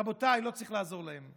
רבותיי, לא צריך לעזור להם.